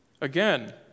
Again